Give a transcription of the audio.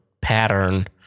pattern